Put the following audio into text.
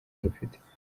dufite